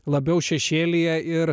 labiau šešėlyje ir